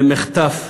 במחטף,